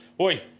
Oi